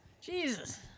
Jesus